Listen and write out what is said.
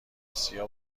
آسیا